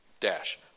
dash